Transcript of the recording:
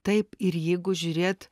taip ir jeigu žiūrėt